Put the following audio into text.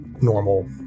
normal